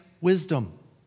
wisdom